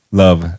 love